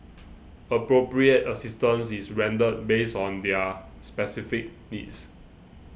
appropriate assistance is rendered based on their specific needs